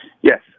Yes